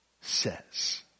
says